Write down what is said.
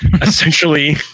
essentially